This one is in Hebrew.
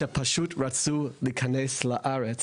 שפשוט רצו להיכנס לארץ